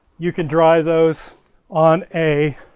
you can dry those on a